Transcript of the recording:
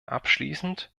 abschließend